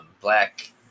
black